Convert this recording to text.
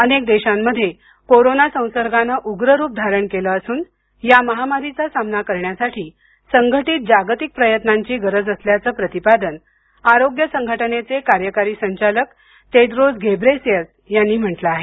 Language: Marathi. अनेक देशांमध्ये कोरोना संसर्गानं उग्र रूप धारण केलं असून या महामारीचा सामना करण्यासाठी संघटित जागतिक प्रयत्नांची गरज असल्याचं प्रतिपादन आरोग्य संघटनेचे कार्यकारी संचालक टेड्रोस घेब्रेयेसूस यांनी म्हटलं आहे